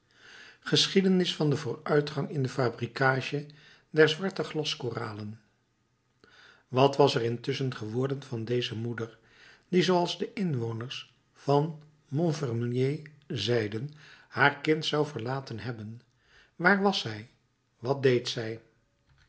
geschiedenis van den vooruitgang in de fabrikage der zwarte glaskoralen wat was er intusschen geworden van deze moeder die zooals de inwoners van montfermeil zeiden haar kind zou verlaten hebben waar was zij wat deed zij